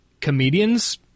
comedians